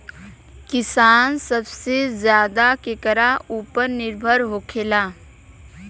किसान सबसे ज्यादा केकरा ऊपर निर्भर होखेला?